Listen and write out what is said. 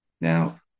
Now